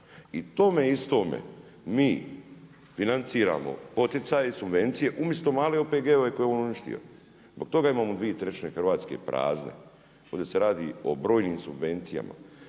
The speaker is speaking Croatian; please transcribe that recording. I tome istome mi financiramo poticaj, subvencije umjesto male OPG-ove koje je on uništio. Zbog toga imamo dvije trećine Hrvatske prazne. Ovdje se radi o brojnim subvencijama,